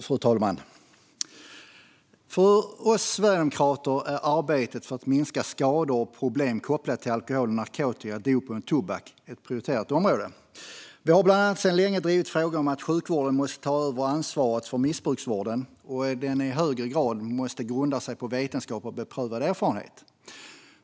Fru talman! För oss sverigedemokrater är arbetet för att minska skador och problem kopplade till alkohol, narkotika, dopning och tobak ett prioriterat område. Vi har bland annat sedan länge drivit frågan om att sjukvården måste ta över ansvaret för missbruksvården och att den i högre grad måste grunda sig på vetenskap och beprövad erfarenhet.